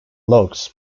logs